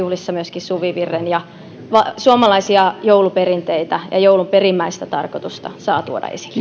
kevätjuhlissa myöskin suvivirren ja suomalaisia jouluperinteitä ja joulun perimmäistä tarkoitusta saa tuoda esille